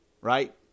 Right